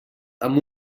amb